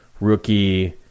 rookie